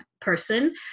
person